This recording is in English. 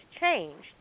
changed